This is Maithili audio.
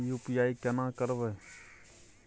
यु.पी.आई केना करबे?